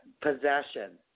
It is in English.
Possession